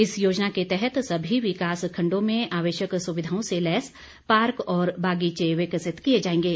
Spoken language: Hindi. इस योजना के तहत सभी विकास खंडों में आवश्यक सुविधाओं से लैस पार्क और बागीचे विकसित किए जाएंगे